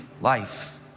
life